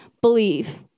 believe